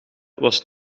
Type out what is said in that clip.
was